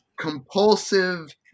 compulsive